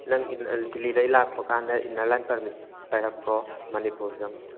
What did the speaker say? ꯅꯪ ꯗꯤꯜꯂꯤꯗꯩ ꯂꯥꯛꯄ ꯀꯥꯟꯗ ꯏꯟꯅꯔ ꯂꯥꯏꯟ ꯄꯥꯔꯃꯤꯠ ꯄꯥꯏꯔꯛꯄ꯭ꯔꯣ ꯃꯅꯤꯄꯨꯔ ꯆꯪꯕꯗ